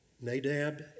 Nadab